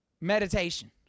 meditation